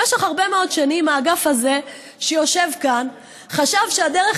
במשך הרבה מאוד שנים האגף הזה שיושב כאן חשב שהדרך